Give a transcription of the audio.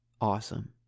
awesome